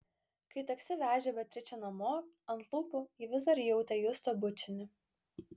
kai taksi vežė beatričę namo ant lūpų ji vis dar jautė justo bučinį